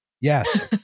Yes